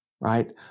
right